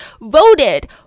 Voted